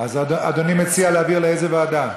אדוני מציע להעביר לאיזו ועדה?